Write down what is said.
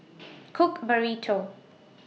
Cook Burrito